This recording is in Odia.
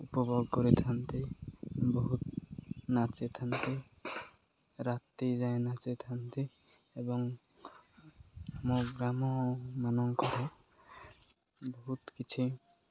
ଉପଭୋଗ କରିଥାନ୍ତି ବହୁତ ନାଚିଥାନ୍ତି ରାତି ଯାଏ ନାଚିଥାନ୍ତି ଏବଂ ଆମ ଗ୍ରାମ ମାନଙ୍କରେ ବହୁତ କିଛି